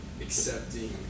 accepting